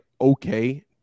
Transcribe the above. okay